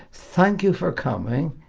thank you for coming.